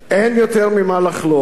אין יותר ממה לחלוב,